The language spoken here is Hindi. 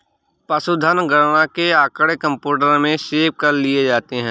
पशुधन गणना के आँकड़े कंप्यूटर में सेव कर लिए जाते हैं